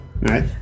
right